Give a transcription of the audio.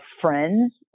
friends